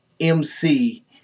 MC